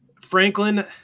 Franklin –